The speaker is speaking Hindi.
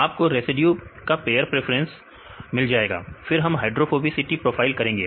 आपको रेसिड्यू का पेयर प्रेफरेंस मिल जाएगा फिर हम हाइड्रोफोबिसिटी प्रोफाइल करेंगे